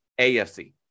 AFC